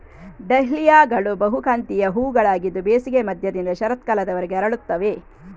ಡಹ್ಲಿಯಾಗಳು ಬಹುಕಾಂತೀಯ ಹೂವುಗಳಾಗಿದ್ದು ಬೇಸಿಗೆಯ ಮಧ್ಯದಿಂದ ಶರತ್ಕಾಲದವರೆಗೆ ಅರಳುತ್ತವೆ